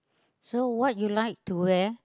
so what you like to wear